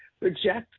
reject